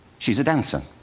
she's a dancer.